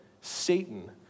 Satan